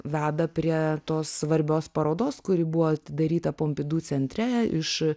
veda prie tos svarbios parodos kuri buvo atidaryta pompidu centre iš